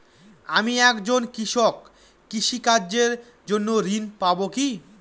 আমি একজন কৃষক কৃষি কার্যের জন্য ঋণ পাব কি?